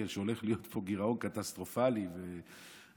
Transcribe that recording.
שהולך להיות פה גירעון קטסטרופלי ושהמדינה